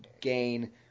gain